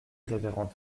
révérende